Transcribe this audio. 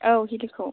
औ हिलखौ